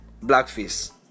blackface